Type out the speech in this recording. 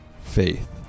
faith